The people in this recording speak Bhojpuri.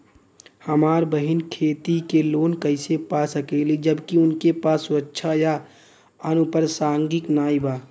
हमार बहिन खेती के लोन कईसे पा सकेली जबकि उनके पास सुरक्षा या अनुपरसांगिक नाई बा?